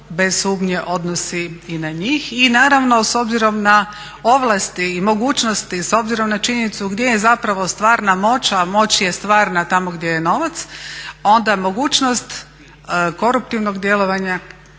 bez sumnje odnosi i na njih. I naravno s obzirom na ovlasti i mogućnosti, s obzirom na činjenicu gdje je zapravo stvarna moć, a moć je stvarna tamo gdje je novac, onda mogućnost koruptivnog djelovanja